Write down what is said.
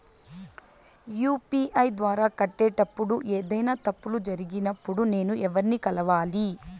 UPI ద్వారా కట్టేటప్పుడు ఏదైనా తప్పులు జరిగినప్పుడు నేను ఎవర్ని కలవాలి?